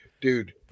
Dude